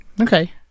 Okay